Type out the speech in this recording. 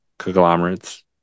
conglomerates